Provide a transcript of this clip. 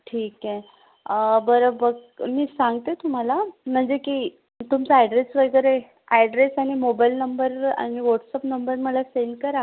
ठीक आहे बरं बघ् मी सांगते तुम्हाला म्हणजे की तुमचा अॅड्रेस वगैरे अॅड्रेस आणि मोबाईल नंबर आणि व्होट्सअप नंबर मला सेंड करा